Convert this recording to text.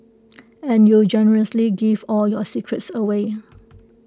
and you generously give all your secrets away